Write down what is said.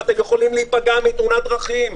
ויכולים להיפגע מתאונת דרכים.